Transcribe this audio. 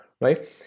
right